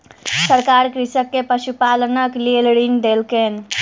सरकार कृषक के पशुपालनक लेल ऋण देलकैन